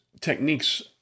techniques